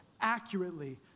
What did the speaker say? accurately